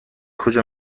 کجا